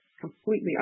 completely